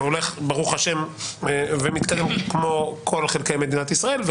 שהולך ומתקדם כמו כל חלקי מדינת ישראל,